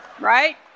right